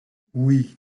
oui